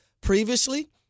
Previously